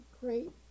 great